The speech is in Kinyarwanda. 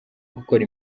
gukora